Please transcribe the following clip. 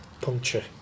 puncture